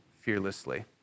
fearlessly